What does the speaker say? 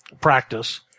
practice